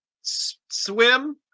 swim